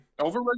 over